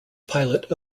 pilot